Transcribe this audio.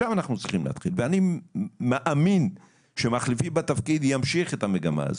ואני מאמין שמחליפי בתפקיד ימשיך את המגמה הזאת.